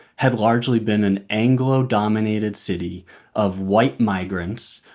had largely been an anglo-dominated city of white migrants.